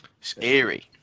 Scary